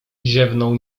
ziewnął